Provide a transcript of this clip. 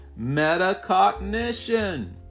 metacognition